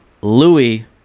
Louis